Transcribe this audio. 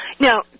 Now